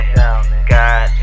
God